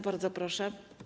Bardzo proszę.